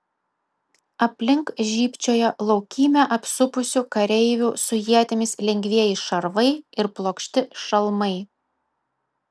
aplink žybčiojo laukymę apsupusių kareivių su ietimis lengvieji šarvai ir plokšti šalmai